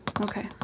Okay